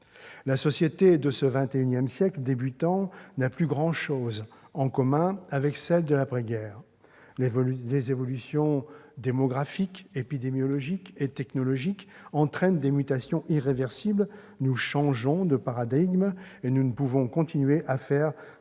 La société de ce XXI siècle débutant n'a plus grand-chose en commun avec celle de l'après-guerre. Les évolutions démographiques, épidémiologiques et technologiques entraînent des mutations irréversibles. Nous changeons de paradigme, et nous ne pouvons continuer à faire